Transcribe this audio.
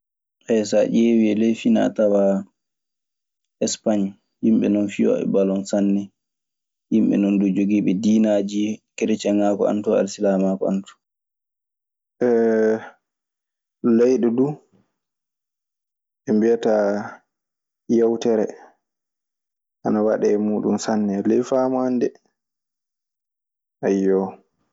So a ƴeewii e ley finaa tawaa españ yimɓe non fiyooɓe balon sanne. Yimɓe non du jogiiɓe dinaaji, Kerecieŋaagu ana ton, alsilaamaagu ana ton. leyɗe du ɗe mbiyata yewtere ana waɗee e muiɗun sanne. E ley faamu an de. Ayyo.